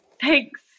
Thanks